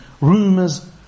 rumors